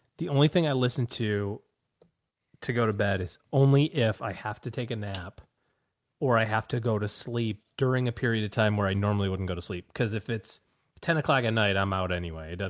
the only thing i listened to to go to bed is only if i have to take a nap or i have to go to sleep during a period of time where i normally wouldn't go to sleep. cause if it's ten o'clock at night, i'm out anyway, it and